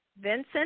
Vincent